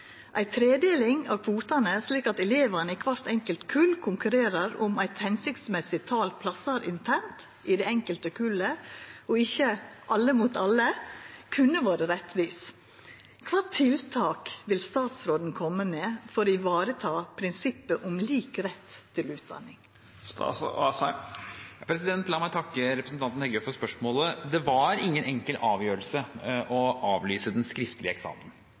Ei tredeling av kvotane slik at elevane i kvart enkelt kull konkurrerer om eit hensiktsmessig tal plassar internt i det enkelte kullet, og ikkje «alle mot alle», kunne vore rettvis. Kva tiltak vil statsråden komme med for å vareta prinsippet om lik rett til utdanning?» La meg takke representanten Heggø for spørsmålet. Det var ingen enkel avgjørelse å avlyse den skriftlige eksamenen. Det var det heller ikke i fjor. Det å frata elever eksamen